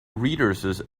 reader’s